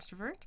extrovert